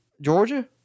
Georgia